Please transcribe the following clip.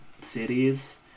cities